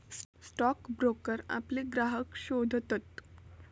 stock broker आपले ग्राहक शोधतत